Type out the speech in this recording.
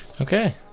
Okay